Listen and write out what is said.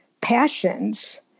passions